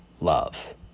love